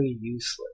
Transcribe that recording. useless